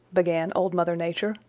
began old mother nature,